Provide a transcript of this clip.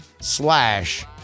slash